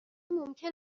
ممکن